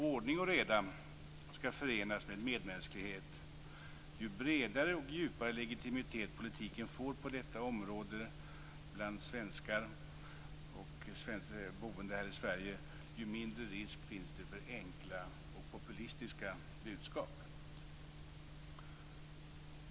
Ordning och reda skall förenas med medmänsklighet. Ju bredare och djupare legitimitet politiken får på detta område bland svenskar och boende här i Sverige, desto mindre är risken för enkla och populistiska budskap.